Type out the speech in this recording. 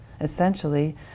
essentially